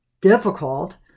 difficult